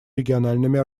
региональными